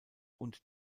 und